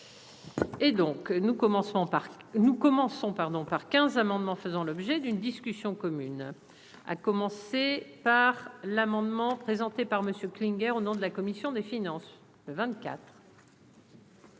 par nous commençons, pardon, par 15 amendement faisant l'objet d'une discussion commune, à commencer par l'amendement présenté par Monsieur Klinger, au nom de la commission des finances 24.